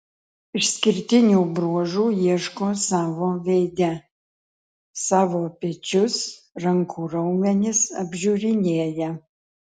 išskirtinių bruožų ieško savo veide savo pečius rankų raumenis apžiūrinėja